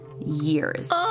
Years